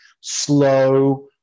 slow